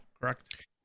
Correct